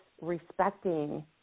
respecting